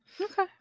Okay